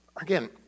Again